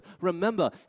Remember